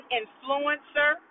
influencer